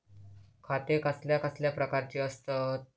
खाते कसल्या कसल्या प्रकारची असतत?